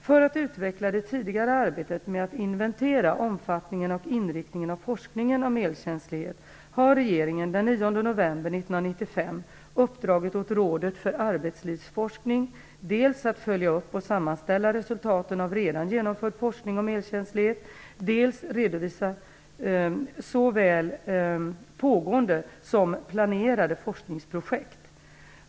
För att utveckla det tidigare arbetet med att inventera omfattningen och inriktningen av forskningen om elkänslighet, har regeringen den 9 november 1995 uppdragit åt Rådet för arbetslivsforskning att dels följa upp och sammanställa resultaten av redan genomförd forskning om elkänslighet, dels redovisa såväl pågående som planerade forskningsprojekt.